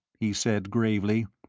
he said, gravely,